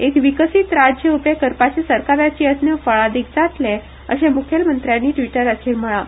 एक विकसीत राज्य उभें करपाचे सरकाराचे यत्न फळादीक जातले अशें म्खेलमंत्र्यांनी ट्विटराचेर म्हणलां